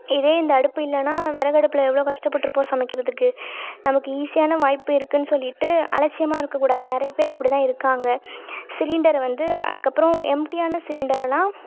இதே இந்த அடுப்பு இல்லைன்னா விறகு அடுப்பில் எவ்வளோ கஷ்டப்பட்டுருப்போம் சமைக்கிறதுக்கு நமக்கு ஈஸியான வாய்ப்பு இருக்குதுன்னு சொல்லிட்டு அலட்சியமாக இருக்கக்கூடாது நிறையப் பேர் அப்படி தான் இருக்காங்க சிலிண்டரை வந்து அதுக்கப்புறம் எம்ட்டியான சிலிண்டரெல்லாம்